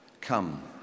Come